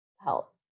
help